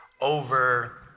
over